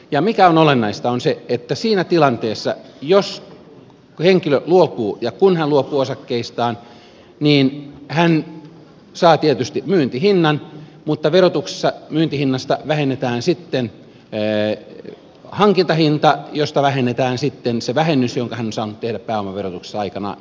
se mikä on olennaista on se että siinä tilanteessa kun henkilö luopuu osakkeistaan hän saa tietysti myyntihinnan mutta verotuksessa myyntihinnasta vähennetään sitten hankintahinta josta vähennetään sitten se vähennys jonka hän on saanut tehdä pääomaverotuksessa aikanaan